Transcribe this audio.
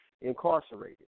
incarcerated